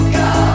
go